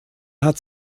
hat